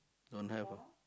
don't have